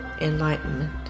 enlightenment